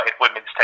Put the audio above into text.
women's